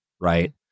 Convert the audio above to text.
right